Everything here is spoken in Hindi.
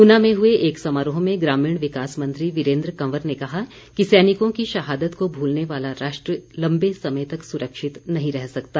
ऊना में हुए एक समारोह में ग्रामीण विकास मंत्री वीरेन्द्र कंवर ने कहा कि सैनिकों की शहादत को भूलने वाला राष्ट्र लम्बे समय तक सुरक्षित नहीं रह सकता